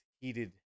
heated